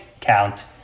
count